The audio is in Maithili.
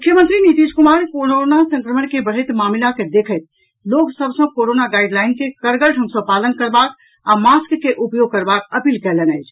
मुख्यमंत्री नीतीश कुमार कोरोना संक्रमणक के बढ़ैत मामिला के देखैत लोक सभ सँ कोरोना गाईड लाइन के कड़गर ढ़ग सँ पालन करबाक आ मास्क के उपयोग करबाक अपील कयलनि अछि